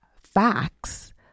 facts